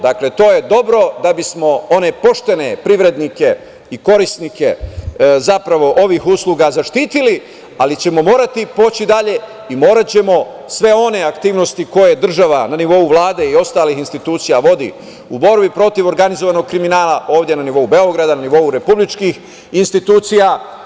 Dakle, to je dobro da bismo one poštene privrednike i korisnike, zapravo ovih usluga zaštitili, ali ćemo morati poći dalje i moraćemo sve one aktivnosti koje država na nivou Vlade i ostalih institucija vodi u borbi protiv organizovanog kriminala, ovde na nivou Beograda, na nivou republičkih institucija.